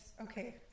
okay